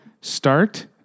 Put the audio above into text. Start